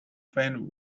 fan